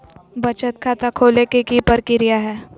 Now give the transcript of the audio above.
बचत खाता खोले के कि प्रक्रिया है?